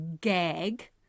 gag